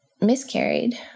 miscarried